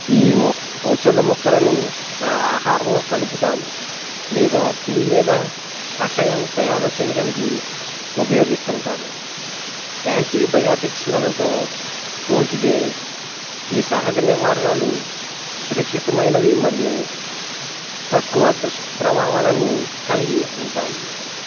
ఈ మొ ఔషధ మొక్కలను నా ఆహారంలో కలుపుతాను లేదా టీ లేదా కషాయం తయారు చేయడానికి ఉపయోగిస్తు ఉంటాను యాంటీబయాటిక్స్లతో పోల్చితే ఈ సహజ నివారణలు సురక్షితమైనవి మరియు తక్కువ దుష్ప్రభావాలను కలిగి ఉంటాయి